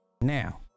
Now